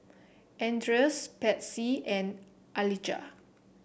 Andres Patsy and Alijah